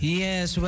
yes